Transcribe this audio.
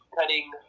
cutting